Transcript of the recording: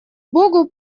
богу